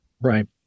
Right